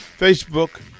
Facebook